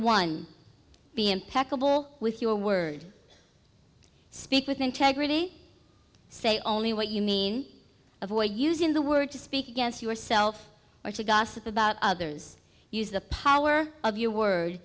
impeccable with your word speak with integrity say only what you mean avoid using the word to speak against yourself or to gossip about others use the power of your word